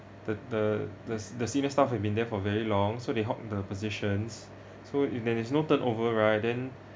the the the the senior staff have been there for very long so they hogging the positions so if there is no turn over right then